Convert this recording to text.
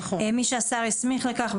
"מי שהשר הסמיך לכך,